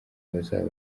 bazaba